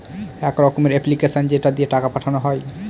এক রকমের এপ্লিকেশান যেটা দিয়ে টাকা পাঠানো হয়